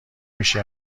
میشی